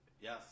Yes